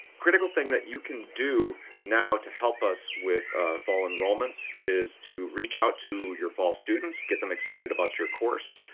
critical thing that you can do now to help us with fall enrollments is to reach out to your fall students get them excited about your course.